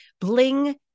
Bling